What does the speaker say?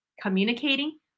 communicating